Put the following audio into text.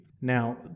Now